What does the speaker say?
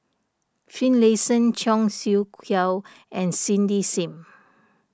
Finlayson Cheong Siew Keong and Cindy Sim